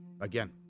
again